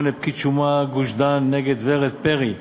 4243/08, פקיד שומה גוש-דן נ' ורד פרי,